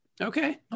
Okay